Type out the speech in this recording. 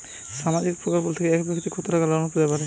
সামাজিক প্রকল্প থেকে এক ব্যাক্তি কত টাকা পেতে পারেন?